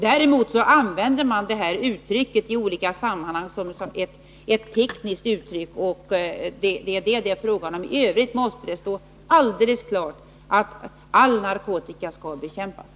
Däremot använder man dessa uttryck i olika sammanhang som tekniska uttryck, och det är det som det är fråga om. I övrigt måste det stå helt klart att all narkotika skall bekämpas.